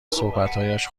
صحبتهایش